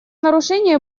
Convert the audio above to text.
нарушения